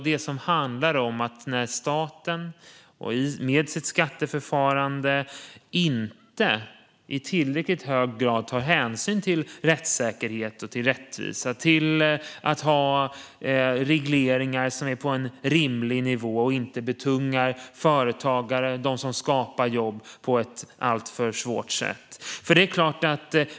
Det handlar om när staten med sitt skatteförfarande inte i tillräckligt hög grad tar hänsyn till rättssäkerhet, till rättvisa och till att ha regleringar som är på en rimlig nivå och inte betungar företagare, de som skapar jobb, på ett alltför svårt sätt.